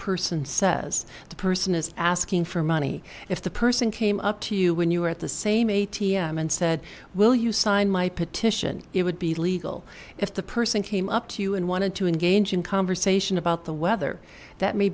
person says the person is asking for money if the person came up to you when you were at the same a t m and said will you sign my petition it would be legal if the person came up to you and wanted to engage in conversation about the weather that may